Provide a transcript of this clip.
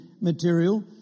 material